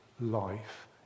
life